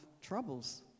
troubles